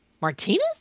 Martinez